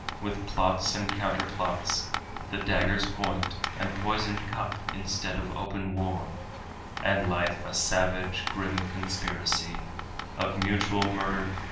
with plots and counter-plots the dagger's point and poisoned cup instead of open war and life a savage, grim conspiracy of mutual murder,